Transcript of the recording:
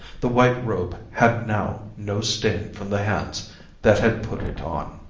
the white robe had now no stain from the hands that had put it on.